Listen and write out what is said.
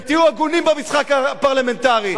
ותהיו הגונים במשחק הפרלמנטרי.